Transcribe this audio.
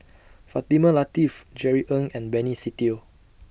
Fatimah Lateef Jerry Ng and Benny Se Teo